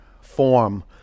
form